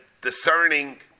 discerning